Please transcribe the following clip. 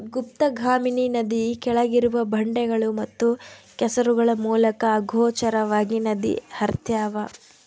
ಗುಪ್ತಗಾಮಿನಿ ನದಿ ಕೆಳಗಿರುವ ಬಂಡೆಗಳು ಮತ್ತು ಕೆಸರುಗಳ ಮೂಲಕ ಅಗೋಚರವಾಗಿ ನದಿ ಹರ್ತ್ಯಾವ